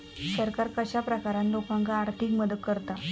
सरकार कश्या प्रकारान लोकांक आर्थिक मदत करता?